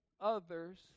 others